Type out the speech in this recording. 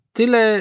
tyle